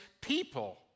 people